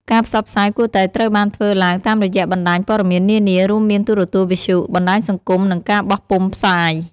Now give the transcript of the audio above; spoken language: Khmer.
ការផ្សព្វផ្សាយគួរតែត្រូវបានធ្វើឡើងតាមរយៈបណ្តាញព័ត៌មាននានា រួមមានទូរទស្សន៍ វិទ្យុ បណ្តាញសង្គម និងការបោះពុម្ពផ្សាយ។